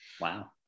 Wow